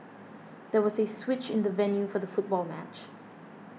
there was a switch in the venue for the football match